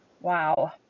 Wow